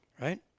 right